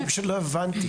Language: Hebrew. אני לא הבנתי.